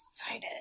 excited